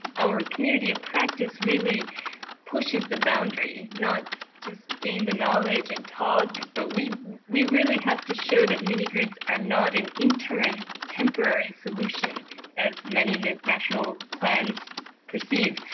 our community of practice really pushes the boundary, not just gain the knowledge and talk, but we we really have to show that mini-grids are not an interim temporary solution as many national plans perceive.